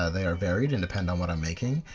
ah they are varied and depend on what i'm making.